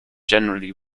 generally